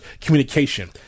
communication